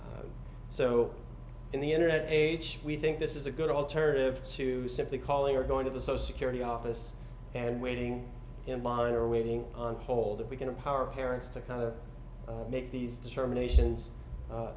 so in the internet age we think this is a good alternative to simply calling or going to the social security office and waiting in line or waiting on hold we can empower parents to kind of make these determinations